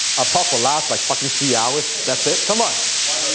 i've talked for last like fucking three hours, that's it? come on! why you?